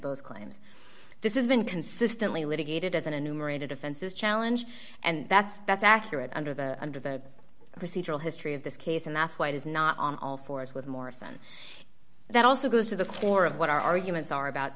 both claims this is been consistently litigated as an enumerated offenses challenge and that's that's accurate under the under the procedural history of this case and that's why it is not on all fours with morrison that also goes to the core of what our arguments are about